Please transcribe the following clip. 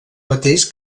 mateix